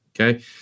Okay